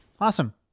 Awesome